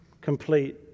complete